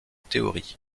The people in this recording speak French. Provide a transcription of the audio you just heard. théories